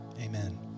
amen